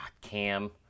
Cam